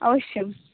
अवश्यं